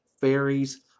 fairies